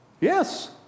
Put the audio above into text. Yes